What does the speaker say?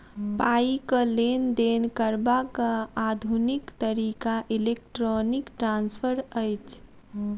पाइक लेन देन करबाक आधुनिक तरीका इलेक्ट्रौनिक ट्रांस्फर अछि